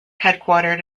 headquartered